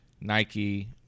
Nike